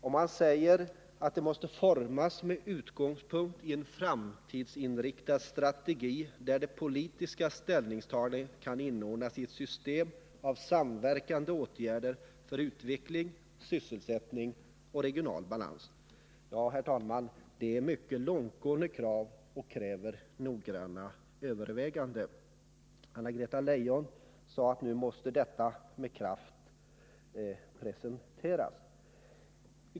Och man säger att detta måste formas med utgångspunkt i en framtidsinriktad strategi, där det politiska ställningstagandet kan inordnas i ett system av samverkande åtgärder för utveckling, sysselsättning och regional balans. Ja, herr talman, det är mycket långtgående krav som tarvar noggranna överväganden. Anna-Greta Leijon sade att nu måste detta med kraft presenteras.